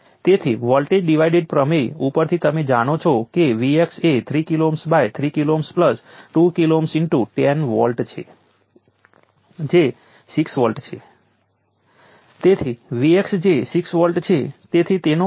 હવે જો કેપેસિટરને આપવામાં આવેલ પાવર પોઝિટિવ અને નેગેટિવ બંને હોઈ શકે છે તો તમે કેવી રીતે કહી શકો કે કેપેસિટર પેસિવ એલિમેન્ટ છે કે નહીં તેના માટે આપણે કેપેસિટરને ડીલીવર કરવામાં આવેલી એનર્જીને ધ્યાનમાં લીધું છે p નું ઇન્ટિગ્રલ છે જે V I dtનું ઇન્ટિગ્રલ છે